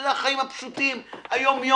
אתה יודע, החיים הפשוטים, היום-יום.